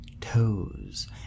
toes